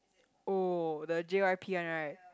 oh the j_y_p one right